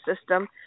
system